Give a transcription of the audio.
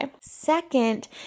Second